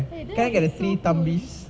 hey that will be so cool